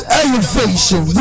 elevation